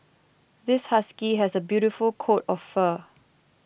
this husky has a beautiful coat of fur